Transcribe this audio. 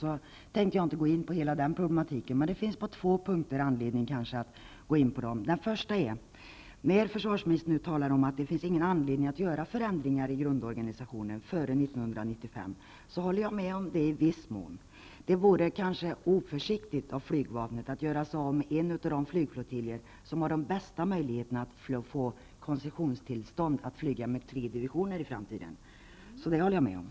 Jag tänker inte gå in på hela den problematiken, men det finns kanske på en punkt anledning att gå in på den. Försvarsministern säger nu att det inte finns någon anledning att göra någon förändring i grundorganisationen före 1995. Jag håller i viss mån med om det. Det vore kanske oförsiktigt av flygvapnet att göra sig av med en av de flygflottiljer som har de bästa möjligheterna att få koncessionstillstånd att i framtiden flyga med tre divisioner.